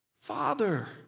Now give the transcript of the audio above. Father